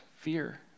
fear